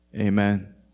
amen